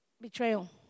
betrayal